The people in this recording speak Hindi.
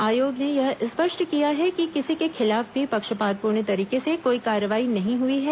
आयोग ने यह स्पष्ट किया है कि किसी के खिलाफ भी पक्षपात पूर्ण तरीके से कोई कार्रवाई नहीं हुई है